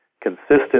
consistent